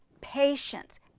patience